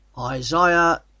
Isaiah